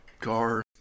car